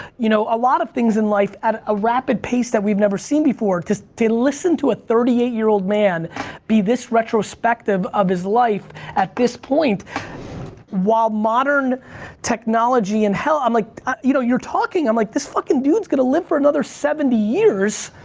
you know a lot of things in life at a rapid pace that we've never seen before to listen listen to a thirty eight year old man be this retrospective of his life at this point while modern technology and health, like you know you're talking, i'm like, this fucking dude's gonna live for another seventy years.